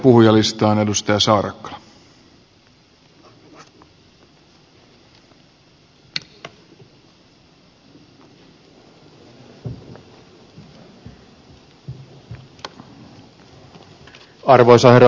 arvoisa herra puhemies